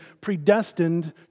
predestined